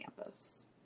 campus